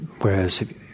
Whereas